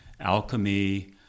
alchemy